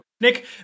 Nick